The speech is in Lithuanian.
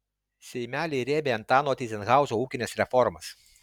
seimeliai rėmė antano tyzenhauzo ūkines reformas